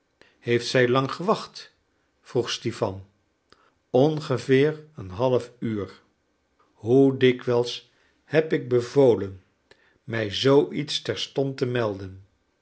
heeft zij lang gewacht vroeg stipan ongeveer een half uur hoe dikwijls heb ik bevolen mij zoo iets terstond te melden